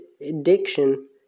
addiction